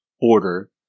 order